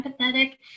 empathetic